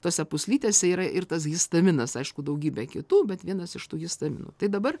tose pūslytėse yra ir tas histaminas aišku daugybė kitų bet vienas iš tų histaminų tai dabar